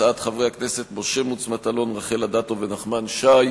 הצעת חברי הכנסת משה מטלון, רחל אדטו ונחמן שי,